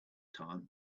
time